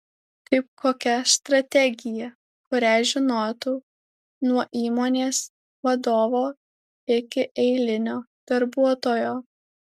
kaip kokia strategija kurią žinotų nuo įmonės vadovo iki eilinio darbuotojo